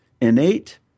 Innate